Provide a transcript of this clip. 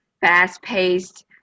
fast-paced